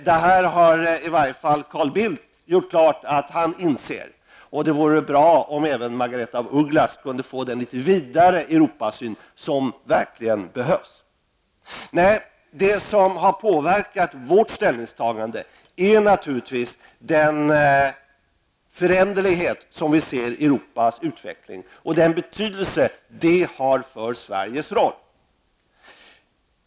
Detta har i varje fall Carl Bildt klargjort att han inser, och det vore bra om även Margaretha af Ugglas kunde få den litet vidare Europasyn som verkligen behövs. Det som har påverkat vårt ställningstagande är naturligtvis den föränderlighet som vi ser i Europas utveckling och den betydelse som den har för Sveriges roll.